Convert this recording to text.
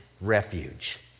refuge